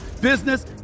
business